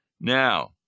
Now